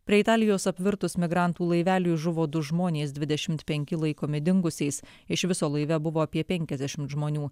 prie italijos apvirtus migrantų laiveliui žuvo du žmonės dvidešimt penki laikomi dingusiais iš viso laive buvo apie penkiasdešimt žmonių